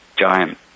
giant